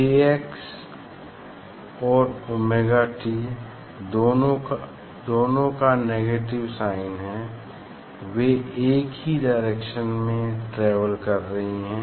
kx और omega t दोनों का नेगेटिव साइन है वे एक ही डायरेक्शन में ट्रेवल कर रही हैं